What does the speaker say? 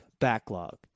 Backlog